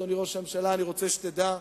אדוני ראש הממשלה אני רוצה שתדע,